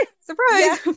surprise